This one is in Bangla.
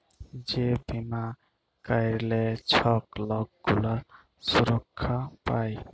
যে বীমা ক্যইরলে ছব লক গুলা সুরক্ষা পায়